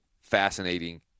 fascinating